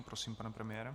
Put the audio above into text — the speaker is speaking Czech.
Prosím, pane premiére.